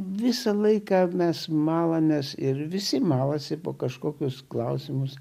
visą laiką mes malamės ir visi malasi po kažkokius klausimus